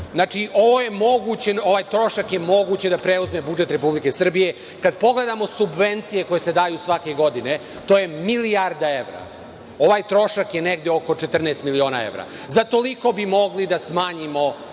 je ovaj trošak da preuzme budžet Republike Srbije. Kada pogledamo subvencije koje se daju svake godine, to je milijarda evra, ovaj trošak je negde oko 14 miliona evra.Za toliko bi mogli da smanjimo